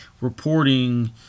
reporting